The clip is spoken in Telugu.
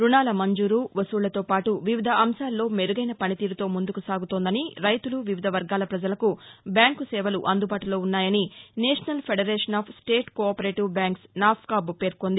రుణాల మంజూరు వసూళ్లతోపాటు వివిధ అంశాల్లో మెరుగైన పనితీరుతో ముందుకు సాగుతోందని రైతులు వివిధ వర్గాల ప్రజలకు బ్యాంకు సేవలు అందుబాటులో ఉన్నాయని National Federation of State Cooperative Banks NAFSCOB పేర్కొంది